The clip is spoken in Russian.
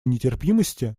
нетерпимости